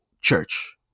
church